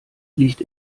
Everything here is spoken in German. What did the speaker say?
liegt